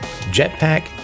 jetpack